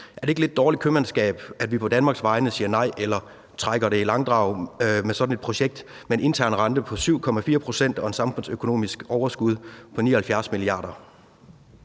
Er det ikke lidt dårligt købmandskab, at vi på Danmarks vegne siger nej eller trækker det i langdrag med sådan et projekt med en intern rente på 7,4 pct. og et samfundsøkonomisk overskud på 79 mia. kr.?